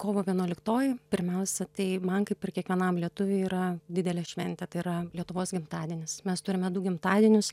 kovo vienuoliktoji pirmiausia tai man kaip ir kiekvienam lietuviui yra didelė šventė tai yra lietuvos gimtadienis mes turime du gimtadienius